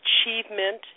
achievement